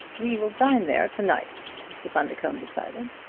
we will dine there to-night, mr. bundercombe decided,